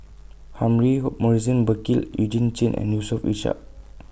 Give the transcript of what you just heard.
Humphrey Morrison Burkill Eugene Chen and Yusof Ishak